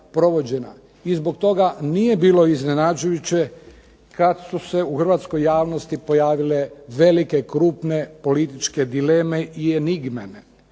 i zbog toga nije bilo iznenađujuće kada su se u Hrvatskoj javnosti pojavile velike krupne političke dileme i enigme,